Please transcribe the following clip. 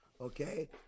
okay